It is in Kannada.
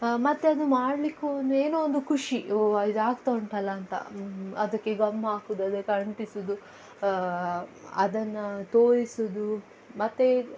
ಮತ್ತೆ ಅದು ಮಾಡಲಿಕ್ಕೂ ಒಂದು ಏನೋ ಒಂದು ಖುಷಿ ಓ ಇದಾಗ್ತಾ ಉಂಟಲ್ಲ ಅಂತ ಅದಕ್ಕೆ ಗಮ್ ಹಾಕೋದು ಅದಕ್ಕಂಟಿಸೋದು ಅದನ್ನು ತೋರಿಸೊದು ಮತ್ತೆ